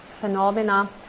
phenomena